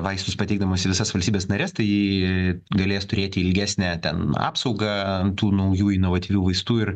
vaistus pateikdamos į visas valstybes nares tai galės turėti ilgesnę ten apsaugą tų naujų inovatyvių vaistų ir